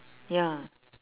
ya